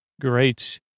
Great